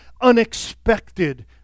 unexpected